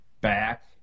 back